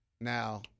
Now